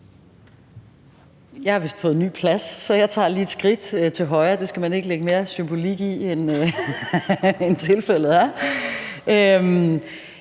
Jeg har vist fået en ny plads, så jeg tager lige et skridt til højre, men det skal man ikke lægge mere symbolik i, end tilfældet er.